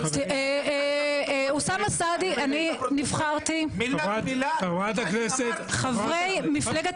אוסאמה סעדי, אני נבחרתי --- חברת הכנסת